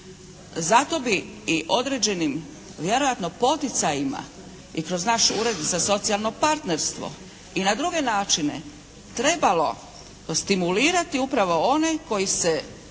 Zato bi i određenim vjerojatno poticajima i kroz naš Ured za socijalno partnerstvo i na druge načine trebalo stimulirati upravo one koji se